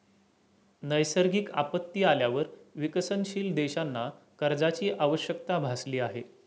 नैसर्गिक आपत्ती आल्यावर विकसनशील देशांना कर्जाची आवश्यकता भासली आहे